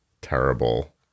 terrible